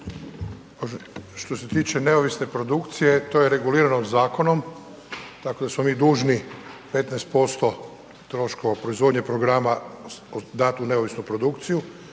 Što se tiče neovisne produkcije to je regulirano zakonom, tako da smo mi dužni 15% troškova proizvodnje programa dati u neovisnu produkciju,